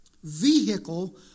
Vehicle